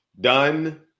done